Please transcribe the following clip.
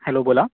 hello बोला